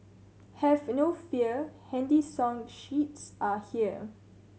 have no fear handy song sheets are here